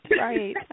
right